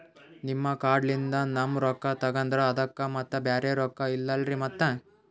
ನಿಮ್ ಕಾರ್ಡ್ ಲಿಂದ ನಮ್ ರೊಕ್ಕ ತಗದ್ರ ಅದಕ್ಕ ಮತ್ತ ಬ್ಯಾರೆ ರೊಕ್ಕ ಇಲ್ಲಲ್ರಿ ಮತ್ತ?